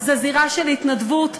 זאת זירה של התנדבות,